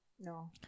No